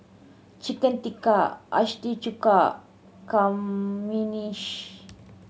Chicken Tikka Chuka Kamenishi